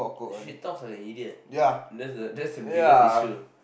she talks like a idiot that's the that's the biggest issue